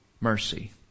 Mercy